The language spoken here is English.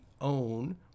own